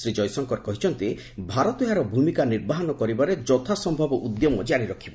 ଶ୍ରୀ ଜୟଶଙ୍କର କହିଛନ୍ତି ଭାରତ ଏହାର ଭୂମିକା ନିର୍ବାହନ କରିବାରେ ଯଥାସମ୍ଭବ ଉଦ୍ୟମ କାରି ରଖିବ